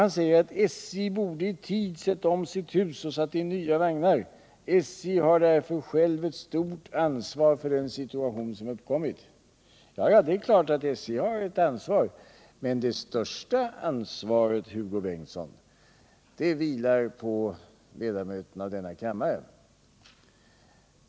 Han säger att SJ i tid borde ha sett om sitt hus och satt in nya vagnar, och han menar att SJ har ett stort ansvar för den situation som uppkommit. Det är klart att SJ har ett ansvar, men det största ansvaret, Hugo Bengtsson, vilar på ledamöterna av denna kammare.